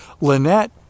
Lynette